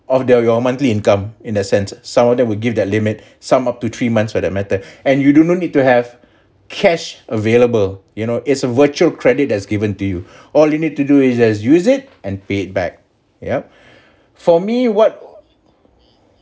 of their your monthly income in a sense some of them would give that limit some up to three months for the matter and you do not need to have cash available you know it's a virtual credit as given to you all you need to do is just use it and pay it back yup for me what